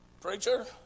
Preacher